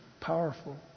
powerful